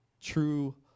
true